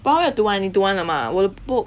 我还没有读完你读完了吗我不